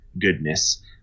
goodness